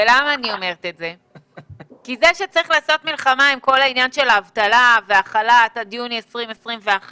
זה שצריך לעשות מלחמה עם כל עניין האבטלה והחל"ת עד יוני 20' 21',